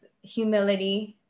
humility